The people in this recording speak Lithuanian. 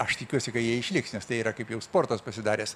aš tikiuosi kad jie išliks nes tai yra kaip jau sportas pasidaręs